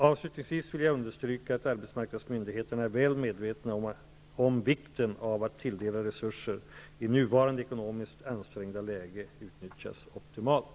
Avslutningsvis vill jag understryka att arbetsmarknadsmyndigheterna är väl medvetna om vikten av att tilldelade resurser i nuvarande, ekonomiskt ansträngda läge utnyttjas optimalt.